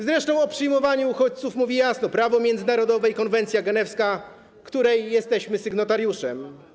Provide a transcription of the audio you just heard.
Zresztą o przyjmowaniu uchodźców mówi jasno prawo międzynarodowe i konwencja genewska, której jesteśmy sygnatariuszem.